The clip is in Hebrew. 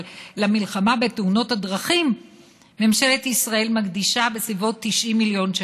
אבל למלחמה בתאונות הדרכים ממשלת ישראל מקדישה בסביבות 90 מיליון שקל.